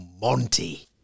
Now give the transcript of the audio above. Monty